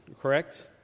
correct